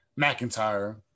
McIntyre